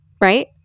right